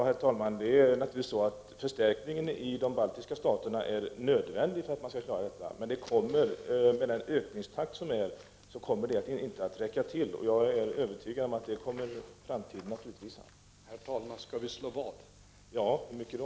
Herr talman! Förstärkningen i de baltiska staterna är naturligtvis nödvändig för att man skall klara problemen, men med tanke på ökningstakten kommer detta inte att räcka till. Jag är övertygad om att framtiden kommer att utvisa detta.